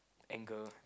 anger